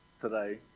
today